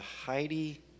Heidi